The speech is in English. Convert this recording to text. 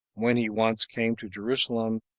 when he once came to jerusalem,